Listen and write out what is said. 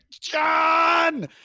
John